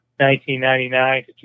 1999